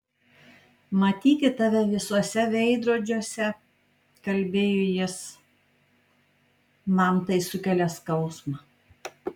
matyti tave visuose veidrodžiuose kalbėjo jis man tai sukelia skausmą